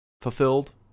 fulfilled